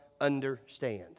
understand